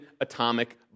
atomic